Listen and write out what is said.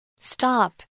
Stop